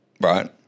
right